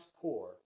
poor